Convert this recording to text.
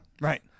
Right